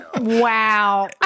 Wow